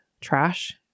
trash